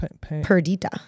Perdita